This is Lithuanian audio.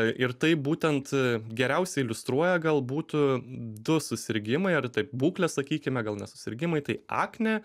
ir tai būtent geriausiai iliustruoja galbūt du susirgimai ar tai būklės sakykime gal ne susirgimai tai aknė